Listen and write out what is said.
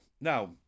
now